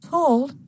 Told